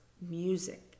music